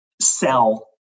sell